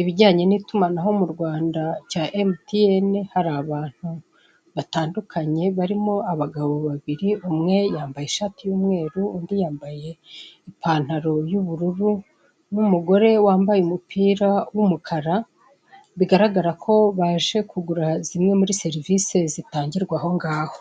ibijyanye n'itumanaho mu Rwanda cya emutiyeni, hari abantu batandukanye barimo abagabo babiri, umwe yambaye ishati y'umweru, undi yambaye ipantaro y'ubururu n'umugore wambaye umupira w'umukara, bigaragara ko baje kugura zimwe muri serivisi zitangirwa aho ngaho.